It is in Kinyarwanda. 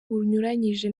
bunyuranyije